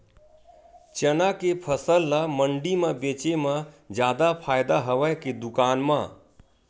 चना के फसल ल मंडी म बेचे म जादा फ़ायदा हवय के दुकान म?